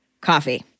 coffee